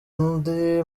andi